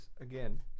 again